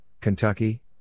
Kentucky